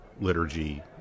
liturgy